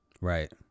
Right